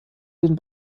den